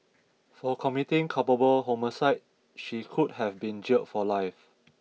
for committing culpable homicide she could have been jailed for life